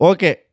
Okay